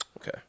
Okay